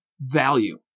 value